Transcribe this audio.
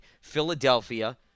Philadelphia